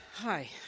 Hi